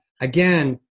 again